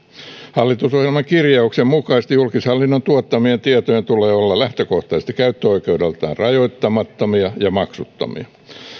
hallitusohjelman kirjauksen mukaisesti julkishallinnon tuottamien tietojen tulee olla lähtökohtaisesti käyttöoikeudeltaan rajoittamattomia ja maksuttomia